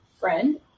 friend